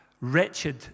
wretched